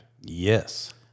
Yes